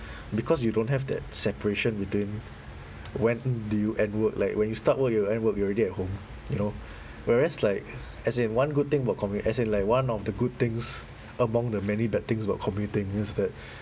because you don't have that separation between when do you end work like when you start work you end work you already at home you know whereas like as in one good thing about commute as in like one of the good things among the many bad things about commuting is that